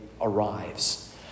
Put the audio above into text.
arrives